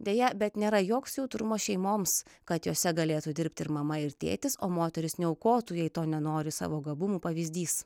deja bet nėra joks jautrumo šeimoms kad jose galėtų dirbti ir mama ir tėtis o moteris neaukotų jei to nenori savo gabumų pavyzdys